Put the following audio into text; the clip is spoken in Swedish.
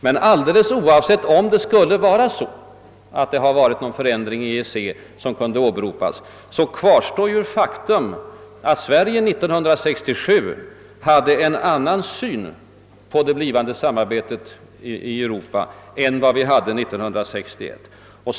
Men alldeles oavsett om det skulle ha skett någon förändring inom EEC som kunde åberopas kvarstår ju faktum att Sverige 1967 hade en annan syn på det blivande samarbetet i Europa än 1962.